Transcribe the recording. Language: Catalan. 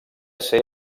ser